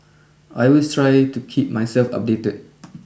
I always try to keep myself updated